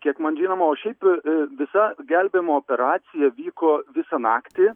kiek man žinoma o šiaip visa gelbėjimo operacija vyko visą naktį